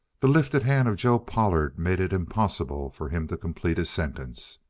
the lifted hand of joe pollard made it impossible for him to complete his sentence.